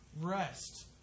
rest